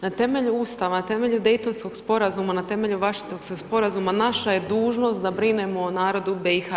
Na temelju Ustava na temelju Dejtonskog sporazuma, na temelju Washingtonskog sporazuma naša je dužnost da brinemo o narodu u BIH.